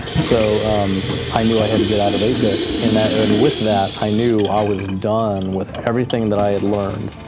so i knew i had to get out of eight bit, and and with that, i knew i was done with everything that i had learned,